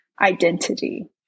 identity